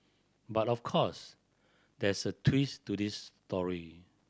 but of course there's a twist to this story